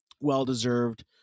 well-deserved